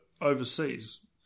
overseas